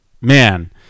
man